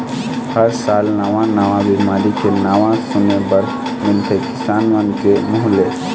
हर साल नवा नवा बिमारी के नांव सुने बर मिलथे किसान मन के मुंह ले